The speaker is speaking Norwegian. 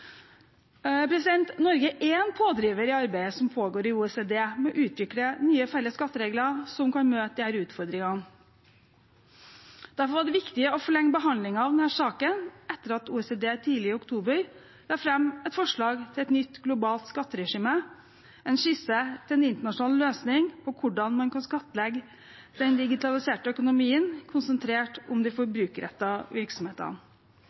Norge er en pådriver i arbeidet som pågår i OECD med å utvikle nye felles skatteregler som kan møte disse utfordringene. Derfor var det viktig å forlenge behandlingen av denne saken etter at OECD tidlig i oktober la fram et forslag til et nytt globalt skatteregime – en skisse til en internasjonal løsning for hvordan man kan skattlegge den digitaliserte økonomien konsentrert om de forbrukerrettede virksomhetene. Det vil innebære at alle land får